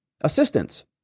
assistance